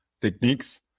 techniques